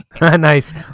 nice